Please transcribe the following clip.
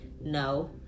No